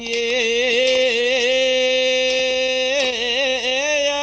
a